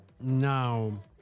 Now